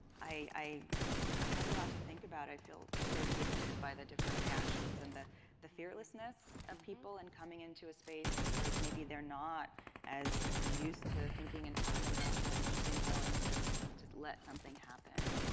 i i have a lot to think about. i feel sort of gifted by the different reactions and the the fearlessness of people in coming into a space where maybe they're not as used to thinking and talking about poems, but being willing to to let something happen.